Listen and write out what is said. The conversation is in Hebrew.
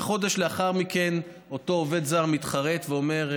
וחודש לאחר מכן אותו עובד זר מתחרט ואומר: